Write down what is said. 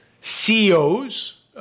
CEOs